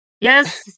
Yes